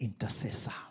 intercessor